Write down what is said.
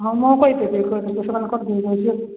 ହଁ ମୁଁ କହିଦେବି